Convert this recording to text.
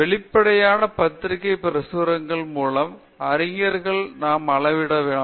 வெளிப்படையான பத்திரிகை பிரசுரங்கள் மூலம் அறிஞர்களை நாம் அளவிடலாம்